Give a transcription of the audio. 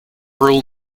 rule